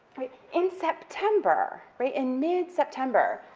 right, in september, right, in mid-september.